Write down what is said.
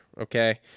okay